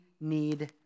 need